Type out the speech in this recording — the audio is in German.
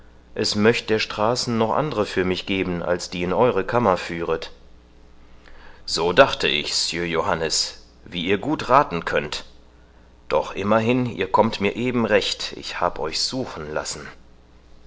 es möcht der straßen noch andre für mich geben als die in euere kammer fahren so dachte ich sieur johannes wie ihr gut rathen könnt doch immerhin ihr kommt mir eben recht ich hab euch suchen lassen